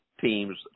teams